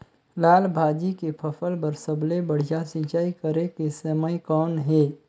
लाल भाजी के फसल बर सबले बढ़िया सिंचाई करे के समय कौन हे?